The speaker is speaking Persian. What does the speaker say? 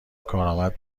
کارآمد